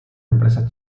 empresas